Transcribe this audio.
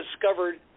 discovered